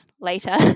later